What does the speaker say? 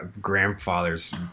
grandfathers